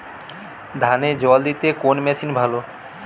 ধানে জল দিতে কোন মেশিন ভালো?